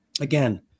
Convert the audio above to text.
again